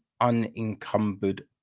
unencumbered